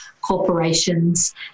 corporations